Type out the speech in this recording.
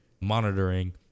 monitoring